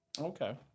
Okay